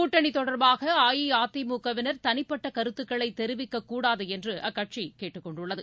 கூட்டணி தொடர்பாக அஇஅதிமுகவினர் தனிப்பட்ட கருத்துக்களை தெரிவிக்கக் கூடாது அக்கட்சி கேட்டுக்கொண்டுள்ளது